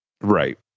Right